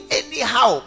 anyhow